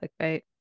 clickbait